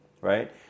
right